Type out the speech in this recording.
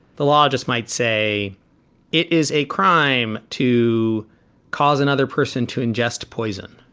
the law just might say it is a crime to cause another person to ingest poison.